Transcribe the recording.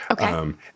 Okay